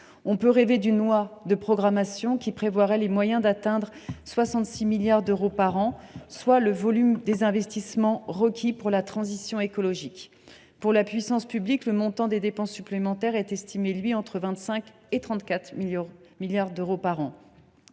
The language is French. On peut rêver d’une loi de programmation qui prévoirait les moyens d’atteindre 66 milliards d’euros par an, soit le volume des investissements requis pour la transition écologique. Pour la puissance publique, le montant des dépenses supplémentaires est estimé entre 25 milliards d’euros et 34